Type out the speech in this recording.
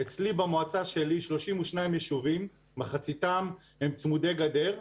אצלי במועצה שלי 32 יישובים, מחציתם הם צמודי גדר,